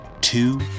two